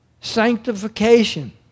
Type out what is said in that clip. sanctification